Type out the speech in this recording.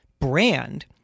brand